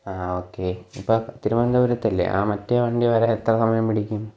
ആ ഓകെ അപ്പോൾ തിരുവനന്തപുരത്തല്ലേ ആ മറ്റെ വണ്ടി വരാൻ എത്ര സമയം പിടിക്കും